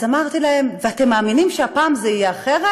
אז אמרתי להם: ואתם מאמינים שהפעם זה יהיה אחרת?